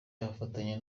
abifatanya